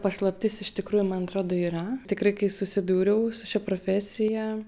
paslaptis iš tikrųjų man atrodo yra tikrai kai susidūriau su šia profesija